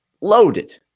loaded